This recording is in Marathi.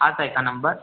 हाच आहे का नंबर